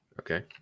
Okay